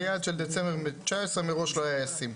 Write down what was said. היעד של דצמבר 2019 מראש לא היה ישים?